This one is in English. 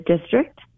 District